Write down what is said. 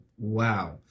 Wow